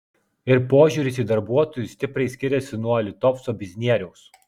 ir požiūris į darbuotojus stipriai skiriasi nuo litovco biznieriaus